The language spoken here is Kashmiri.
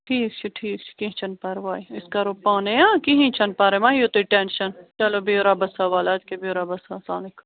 ٹھیٖک چھُ ٹھیٖک چھُ کیٚنٛہہ چھُنہٕ پَرواے أسۍ کَرو پانے آ کِہیٖنۍ چھُنہٕ پَرواے مہَ ہیٚیِو ٹٮ۪نشَن چلو بِہِو رۄَبس حوال اَدٕ کے بِہِو رۄبس حوال سلام علیکُم